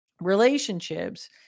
relationships